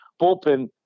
bullpen